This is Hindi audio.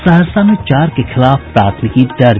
सहरसा में चार के खिलाफ प्राथमिकी दर्ज